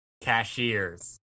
cashiers